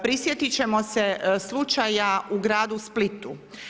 Prisjetit ćemo se slučaja u gradu Splitu.